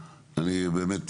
אני רוצה,